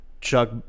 Chuck